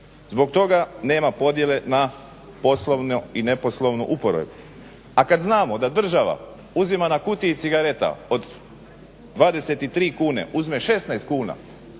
Zbog toga nema podjele na poslovnu i neposlovnu uporabu. A kad znamo da država uzima na kutiji cigareta od 23 kune uzme 16 kuna